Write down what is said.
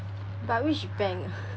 but which bank